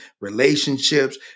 relationships